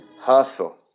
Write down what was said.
Hustle